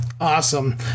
Awesome